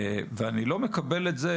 ואני לא מקבל את זה